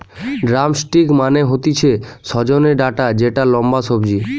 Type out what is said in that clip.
drumstick মানে হতিছে সজনে ডাটা যেটা লম্বা সবজি